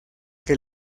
que